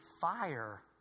fire